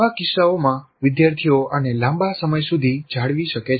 આવા કિસ્સાઓમાં વિદ્યાર્થીઓ આને લાંબા સમય સુધી જાળવી શકે છે